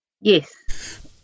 Yes